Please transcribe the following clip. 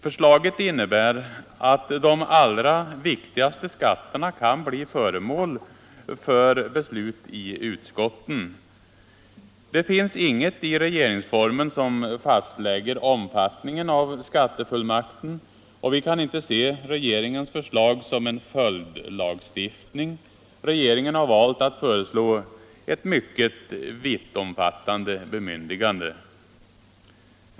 Förslaget innebär att flera av de viktigaste skatterna kan bli föremål för beslut i utskotten. Det finns inget i regeringsformen som fastlägger omfattningen av skattefullmakten, och vi kan inte se regeringens förslag som en följdlagstiftning. Regeringen har valt att föreslå ett mycket vittomfattande bemyndigande.